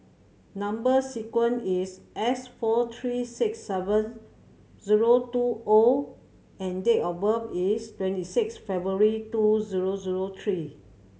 number sequence is S four three six seven zero two O and date of birth is twenty six February two zero zero three